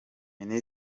yagize